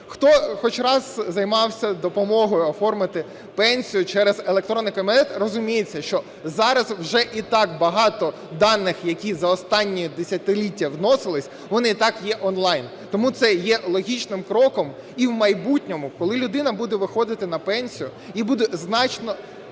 Хто хоч раз займався допомогою оформити пенсію через "електронний кабінет" розуміється, що зараз вже і так багато даних, які за останні десятиліття вносились, вони і так є онлайн. Тому це є логічним кроком. І в майбутньому, коли людина буде виходити на пенсію, їй буде значно